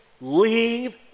leave